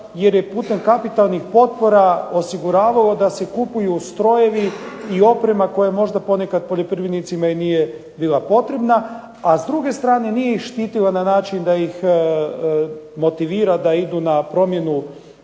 jer je putem kapitalnih potpora osiguravalo da se kupuju strojevi i oprema koja ponekad poljoprivrednicima nije bila potrebna. A s druge strane nije ih štitila na način da ih motivira, da idu na promjenu